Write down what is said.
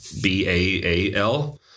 b-a-a-l